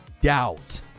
Doubt